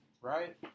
right